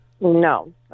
No